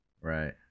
Right